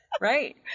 Right